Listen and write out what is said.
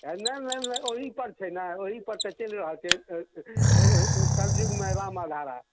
आँय नहि नहि ओहि पर छै ने ओहि पर तऽ चलि रहल छै कलयुगमे राम आधारा